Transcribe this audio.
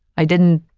i didn't,